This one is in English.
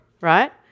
right